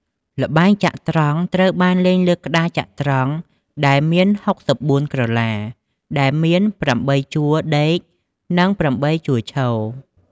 ល្បែងចត្រង្គត្រូវបានលេងលើក្ដារចត្រង្គដែលមាន ៦៤ក្រឡា ដែលមាន ៨ជួរដេក និង ៨ជួរឈរ។